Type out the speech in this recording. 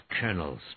colonels